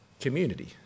community